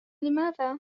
لماذا